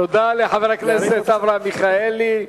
תודה לחבר הכנסת אברהם מיכאלי.